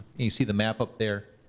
you see the map up there,